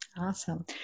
Awesome